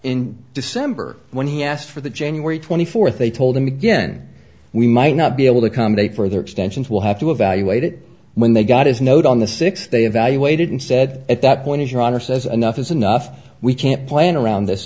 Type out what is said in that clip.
in december when he asked for the january twenty fourth they told him again we might not be able to come to a further extensions will have to evaluate it when they got his note on the six they evaluated and said at that point is your honor says enough is enough we can't plan around